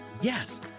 Yes